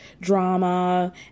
drama